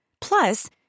Plus